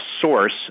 source